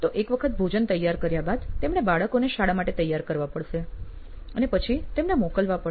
તો એક વખત ભોજન તૈયાર કર્યા બાદ તેમણે બાળકોને શાળા માટે તૈયાર કરવા પડશે અને પછી તેમને મોકલવા પડશે